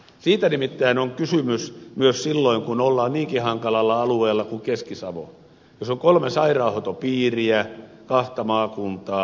siitä nimittäin on kysymys myös silloin kun ollaan niinkin hankalalla alueella kuin keski savossa missä on kolme sairaanhoitopiiriä kaksi maakuntaa